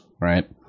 right